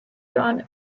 dawn